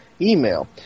email